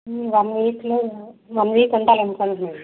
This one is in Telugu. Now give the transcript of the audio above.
వన్ వీక్లో వన్ వీక్ ఉండాలనుకుంటున్నాను